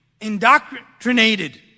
indoctrinated